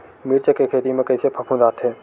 मिर्च के खेती म कइसे फफूंद आथे?